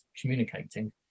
communicating